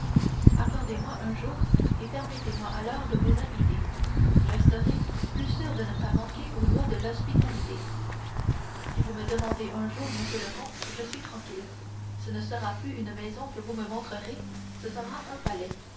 accordez-moi un jour et permettez-moi alors de vous inviter je serai plus sûr de ne pas manquer aux lois de l'hospitalité si vous me demandez un jour monsieur le comte je suis tranquille ce ne sera plus une maison que vous me montrerez ce sera un palais